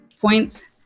points